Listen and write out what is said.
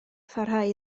pharhau